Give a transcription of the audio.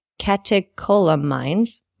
catecholamines